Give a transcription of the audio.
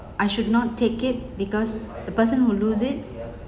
I should not take it because the person who lose it